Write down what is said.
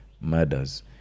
murders